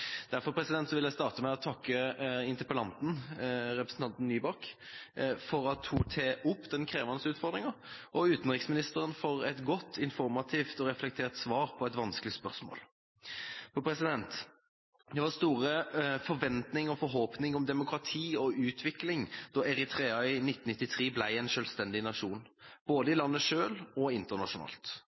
Derfor vil jeg starte med å takke interpellanten, representanten Nybakk, for at hun tar opp den krevende utfordringa, og utenriksministeren for et godt, informativt og reflektert svar på et vanskelig spørsmål. Det var store forventninger til og forhåpninger om demokrati og utvikling da Eritrea i 1993 ble en selvstendig nasjon, både i landet selv og internasjonalt.